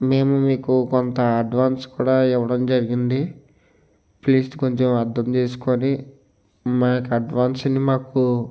మేము మీకు కొంత అడ్వాన్స్ కూడా ఇవ్వడం జరిగింది ప్లీజ్ కొంచెం అర్థం చేసుకొని మా యొక్క అడ్వాన్స్ని మాకు